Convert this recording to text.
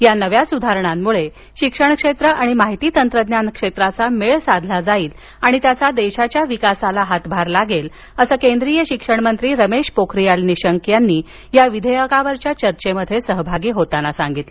या नव्या सुधारणांमुळे शिक्षण क्षेत्र आणि माहिती तंत्रज्ञान क्षेत्राचा मेळ साधला जाईल आणि त्याचा देशाच्या विकासाला हातभार लागेल असं केंद्रीय शिक्षणमंत्री रमेश पोखारीयाल निशंक यांनी या विधेयकावरील चर्चेत सहभागी होताना सांगितलं